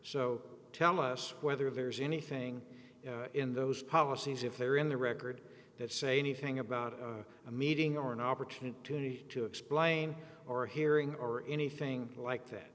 so tell us whether there's anything in those policies if they're in the record that say anything about a meeting or an opportunity to me to explain or hearing or anything like that